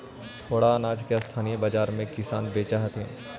थोडा अनाज के स्थानीय बाजार में किसान बेचऽ हथिन